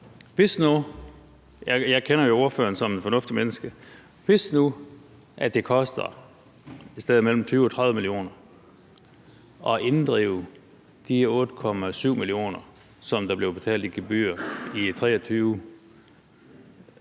Jeg kender jo ordføreren som et fornuftigt menneske, og hvis nu det koster et sted mellem 20 mio. kr. og 30 mio. kr. at inddrive de 8,7 mio. kr., som der blev betalt i gebyrer i 2023,